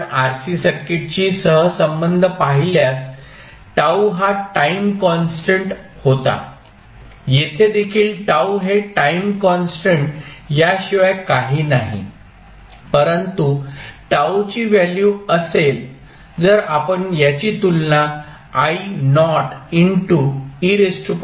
आपण RC सर्किटशी सहसंबंध पाहील्यास T हा टाईम कॉन्स्टंट होता येथे देखील T हे टाईम कॉन्स्टंट याशिवाय काही नाही परंतु T ची व्हॅल्यू असेल जर आपण याची तुलना I0